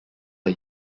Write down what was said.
are